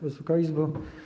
Wysoka Izbo!